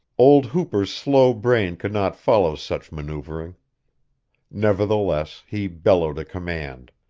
old hooper's slow brain could not follow such maneuvering nevertheless, he bellowed a command.